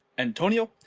antonio,